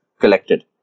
collected